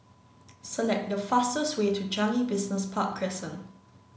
select the fastest way to Changi Business Park Crescent